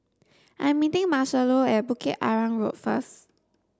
I'm meeting Marcelo at Bukit Arang Road first